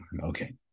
Okay